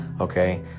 Okay